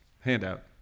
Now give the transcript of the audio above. handout